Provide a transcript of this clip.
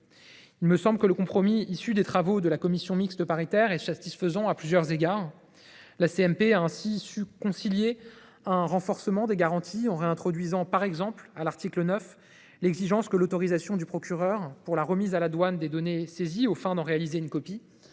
Il me semble que le compromis issu des travaux de la commission mixte paritaire est satisfaisant à plusieurs égards. La commission mixte paritaire a ainsi su concilier un renforcement des garanties, par exemple en réintroduisant à l’article 9 l’exigence que l’autorisation du procureur pour la remise à la douane des données saisies aux fins d’en réaliser une copie